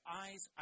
eyes